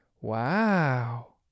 wow